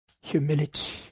humility